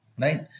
right